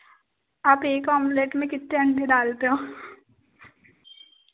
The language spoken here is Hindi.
आप एक आम्लेट में कितने अंडे डालते हो